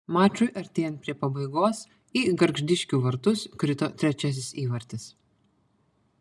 mačui artėjant prie pabaigos į gargždiškių vartus krito trečiasis įvartis